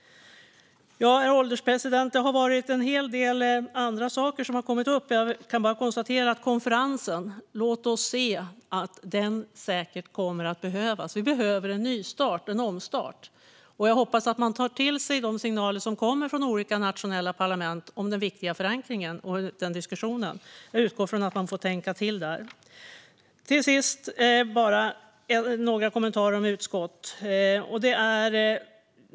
Herr ålderspresident! En hel del andra saker har kommit upp. När det gäller konferensen kan jag konstatera: Låt oss se - den kommer säkert att behövas. Vi behöver en nystart, en omstart. Jag hoppas att man tar till sig de signaler som kommer från olika nationella parlament om den viktiga förankringen och diskussionen om detta. Jag utgår från att man får tänka till där. Till sist har jag några kommentarer om utskott.